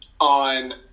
on